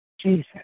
Jesus